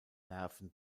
nerven